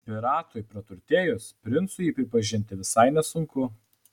piratui praturtėjus princu jį pripažinti visai nesunku